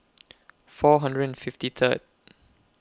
four hundred and fifty Third